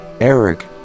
Eric